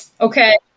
Okay